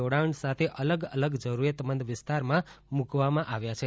જોડાણ સાથે અલગ અલગ જરૂરિયાતમંદ વિસ્તારમાં મુકવામાં આવ્યા છે